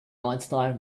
einstein